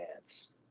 dance